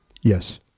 Yes